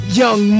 young